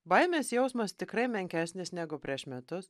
baimės jausmas tikrai menkesnis negu prieš metus